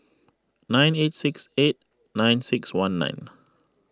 nine eight six eight nine six one nine